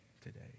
today